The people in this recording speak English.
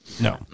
No